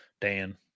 Dan